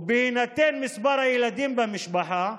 ובהינתן מספר הילדים במשפחה,